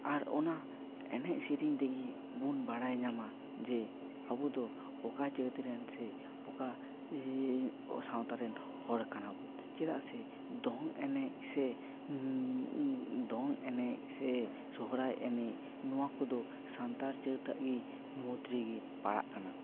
ᱟᱨ ᱚᱱᱟ ᱮᱱᱮᱡ ᱥᱮᱨᱮᱧ ᱛᱮᱜᱮ ᱵᱚᱱ ᱵᱟᱲᱟᱭ ᱧᱟᱢᱟ ᱡᱮ ᱟᱵᱚ ᱫᱚ ᱚᱠᱟ ᱡᱟᱹᱛ ᱨᱮᱱ ᱥᱮ ᱚᱠᱟ ᱥᱟᱶᱛᱟ ᱨᱮᱱ ᱦᱚᱲ ᱠᱟᱱᱟ ᱵᱚᱱ ᱪᱮᱫᱟᱜ ᱥᱮ ᱫᱚᱝ ᱮᱱᱮᱡ ᱥᱮ ᱫᱚᱝ ᱮᱱᱮᱡ ᱥᱮ ᱥᱚᱦᱚᱨᱟᱭ ᱮᱱᱮᱡ ᱱᱚᱣᱟ ᱠᱚᱫᱚ ᱥᱟᱱᱛᱟᱲ ᱡᱟᱹᱛᱟᱜ ᱜᱮ ᱢᱩᱫ ᱨᱮᱜᱮ ᱯᱟᱲᱟᱜ ᱠᱟᱱᱟ